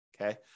Okay